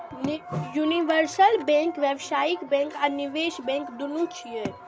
universal bank व्यावसायिक bank आ निवेश बैंक, दुनू छियै